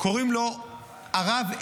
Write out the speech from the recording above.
קוראים לו הרב אלול.